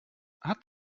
hat